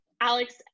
Alex